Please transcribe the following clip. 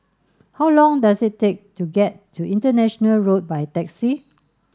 how long does it take to get to International Road by taxi